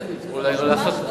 זה ממש לא חומוס.